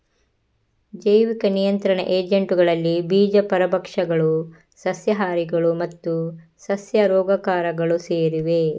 ಜೈವಿಕ ನಿಯಂತ್ರಣ ಏಜೆಂಟುಗಳಲ್ಲಿ ಬೀಜ ಪರಭಕ್ಷಕಗಳು, ಸಸ್ಯಹಾರಿಗಳು ಮತ್ತು ಸಸ್ಯ ರೋಗಕಾರಕಗಳು ಸೇರಿವೆ